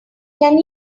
can